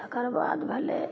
तकर बाद भेलय